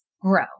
grow